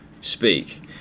speak